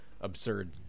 absurd